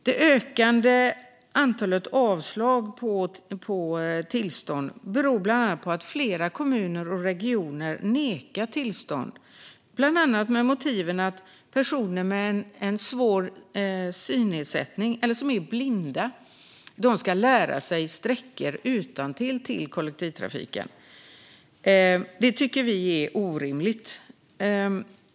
Det ökande antalet avslag beror på att fler kommuner och regioner nekar tillstånd med bland annat motiveringen att personer som har svår synnedsättning eller är blinda kan lära sig sträckor i kollektivtrafiken utantill.